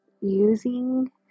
using